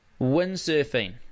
windsurfing